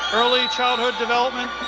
early childhood development,